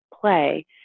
play